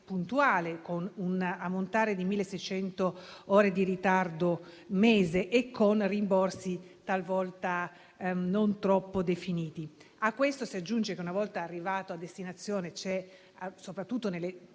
con un ammontare di 1.600 ore di ritardo al mese e con rimborsi talvolta non troppo definiti. A questo si aggiungono, una volta arrivati a destinazione, soprattutto nelle